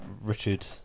Richard